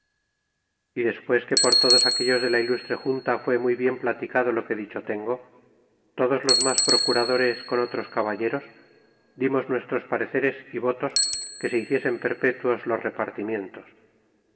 y despues que por todos aquellos de la ilustre junta fue muy bien platicado lo que dicho tengo todos los mas procuradores con otros caballeros dimos nuestros pareceres y votos que se hiciesen perpetuos los repartimientos